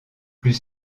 plus